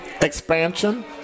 expansion